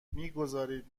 میگذارید